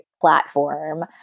platform